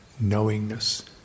knowingness